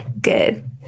Good